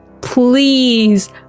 please